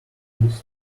page